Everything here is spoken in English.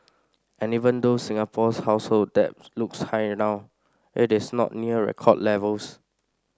and even though Singapore's household debt looks high now it is not near record levels